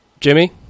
Jimmy